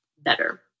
better